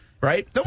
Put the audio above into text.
right